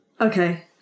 Okay